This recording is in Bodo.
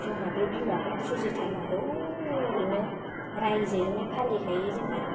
जोंहा बे बिमाखौनो फुजिथारनांगौ ओरैनो राइजोयैनो फालिखायो जोंहा